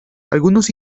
algunos